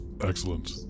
Excellent